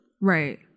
Right